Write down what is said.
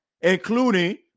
including